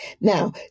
Now